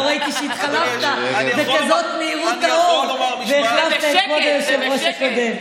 לא ראיתי שהתחלפת במהירות האור והחלפת את כבוד היושב-ראש הקודם.